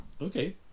Okay